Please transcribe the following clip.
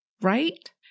Right